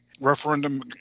referendum